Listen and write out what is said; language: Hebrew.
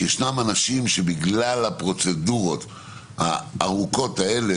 יש אנשים שבגלל הפרוצדורות הארוכות האלה,